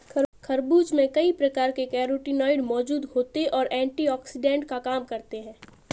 खरबूज में कई प्रकार के कैरोटीनॉयड मौजूद होते और एंटीऑक्सिडेंट का काम करते हैं